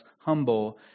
humble